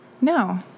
no